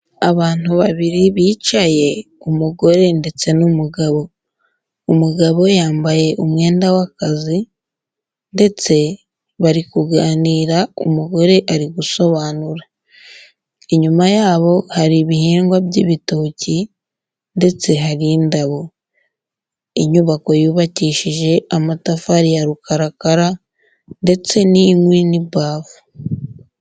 Abantu babiri bicaye umugore ndetse n'umugabo, umugabo yambaye umwenda w'akazi ndetse bari kuganira umugore ari gusobanura, inyuma yabo hari ibihingwa by'ibitoki ndetse hari indabo, inyubako yubakishije amatafari ya rukarakara ndetse n'inkwi n'ibafu.